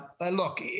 look